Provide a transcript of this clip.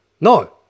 No